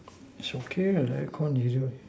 it's okay the air con is okay